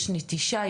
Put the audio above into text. יש נטישה?